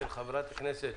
של חברת הכנסת